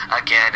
again